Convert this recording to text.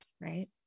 Right